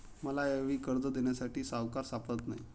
मला यावेळी कर्ज देण्यासाठी सावकार सापडत नाही